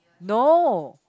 no